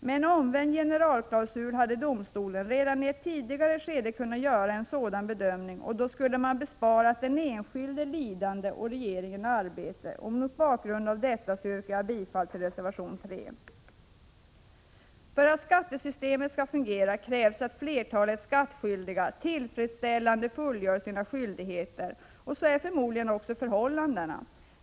Med en omvänd generalklausul hade domstolen redan i ett tidigare skede kunnat göra en sådan bedömning. Då hade man besparat den enskilde lidande och regeringen arbete. Mot bakgrund av detta yrkar jag bifall till reservation 3. För att skattesystemet skall fungera krävs att flertalet skattskyldiga tillfredsställande fullgör sina skyldigheter. Så är förmodligen också förhållandet.